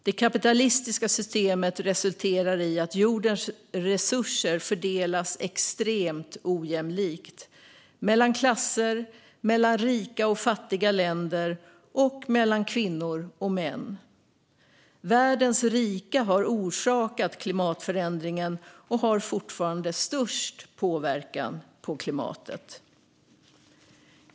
Det kapitalistiska systemet resulterar i att jordens resurser fördelas extremt ojämlikt mellan klasser, mellan rika och fattiga länder samt mellan kvinnor och män. Världens rika har orsakat klimatförändringen och har fortfarande störst påverkan på klimatet.